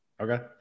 Okay